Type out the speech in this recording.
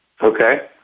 Okay